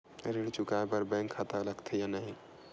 ऋण चुकाए बार बैंक खाता लगथे या नहीं लगाए?